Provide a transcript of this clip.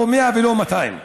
לא 100 ולא 200,